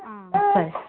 ಹಾಂ ಸರಿ